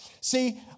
See